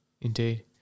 indeed